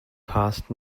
passed